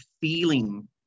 feeling